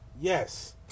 yes